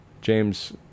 james